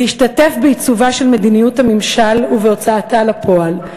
"להשתתף בעיצובה של מדיניות הממשל ובהוצאתה לפועל,